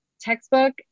textbook